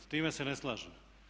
S time se ne slažem.